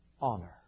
honor